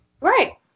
Right